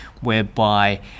whereby